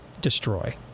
destroy